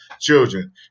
children